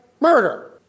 murder